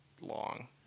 long